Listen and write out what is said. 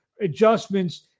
adjustments